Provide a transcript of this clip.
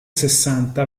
sessanta